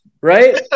Right